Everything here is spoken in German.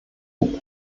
gut